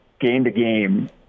game-to-game